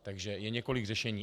Takže je několik řešení.